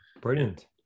Brilliant